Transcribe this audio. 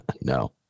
No